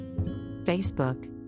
Facebook